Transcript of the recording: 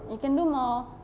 you can do more